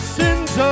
sins